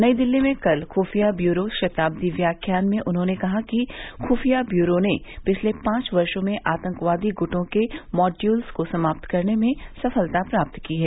नई दिल्ली में कल खुफिया ब्यूरो शताब्दी व्याख्यान में उन्होंने कहा कि खुफिया ब्यूरो ने पिछले पांच वर्षो में आतंकवादी गुटों के मॉड्यूल्स को समाप्त करने में सफलता प्राप्त की है